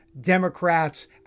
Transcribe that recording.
Democrats